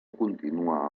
continua